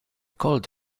called